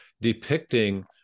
depicting